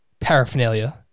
paraphernalia